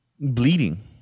bleeding